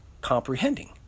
comprehending